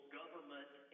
government